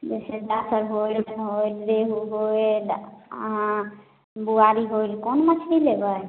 जइसे भाकुर होइल अथी होइल रेहू होइल अहाँ बुआरी होइल कोन मछली लेबै